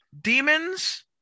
Demons –